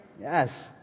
Yes